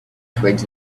twigs